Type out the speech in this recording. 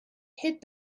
hid